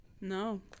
No